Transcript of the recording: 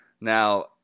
Now